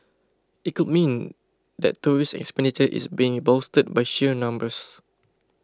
it could mean that tourists expenditure is being bolstered by sheer numbers